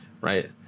right